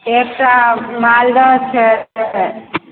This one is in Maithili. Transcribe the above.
एकटा मालदह छै